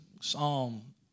Psalm